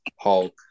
Hulk